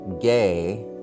gay